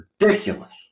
Ridiculous